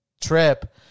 trip